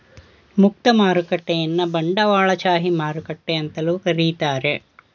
ಮುಕ್ತ ಮಾರುಕಟ್ಟೆಯನ್ನ ಬಂಡವಾಳಶಾಹಿ ಮಾರುಕಟ್ಟೆ ಅಂತಲೂ ಕರೀತಾರೆ